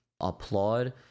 applaud